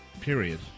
period